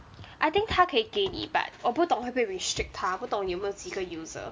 I think 她可以给你 but 我不懂会不会 restrict 她不懂你有没有几个 user